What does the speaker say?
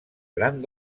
gran